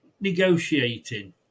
negotiating